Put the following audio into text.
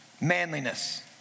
manliness